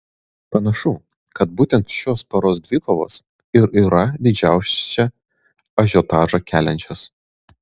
panašu kad būtent šios poros dvikovos ir yra didžiausią ažiotažą keliančios